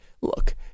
look